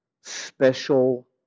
special